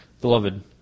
Beloved